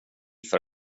för